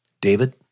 David